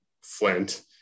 Flint